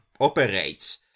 operates